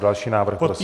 Další návrh prosím.